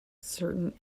certain